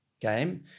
game